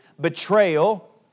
betrayal